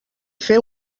fer